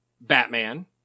Batman